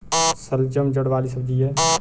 शलजम जड़ वाली सब्जी है